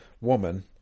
woman